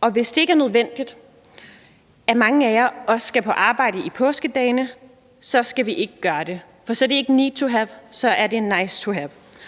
Og hvis det ikke er nødvendigt, at mange af jer også skal på arbejde i påskedagene, skal vi ikke gøre det, for så er det ikke need to have, så er det nice to have.